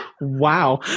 Wow